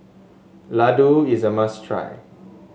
Ladoo is a must try